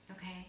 okay